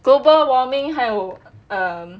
global warming 还有 um